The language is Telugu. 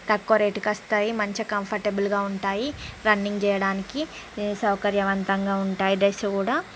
తక్కువ రేటుకి వస్తాయి మంచి కంఫర్ట్బుల్గా ఉంటాయి రన్నింగ్ చేయడానికి ఇవి సౌకర్యవంతంగా ఉంటాయి డ్రెస్ కూడా